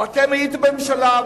אתם הייתם בממשלה,